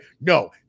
no